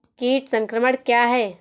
कीट संक्रमण क्या है?